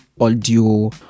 audio